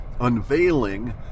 unveiling